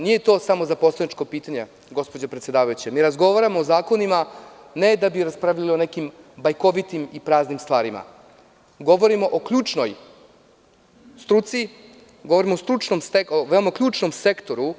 Nije to samo za poslanička pitanja, gospođo predsedavajuća, mi razgovaramo o zakonima ne da bi raspravljali o nekim bajkovitim i praznim stvarima, govorimo o ključnoj struci, govorimo o veoma ključnom sektoru.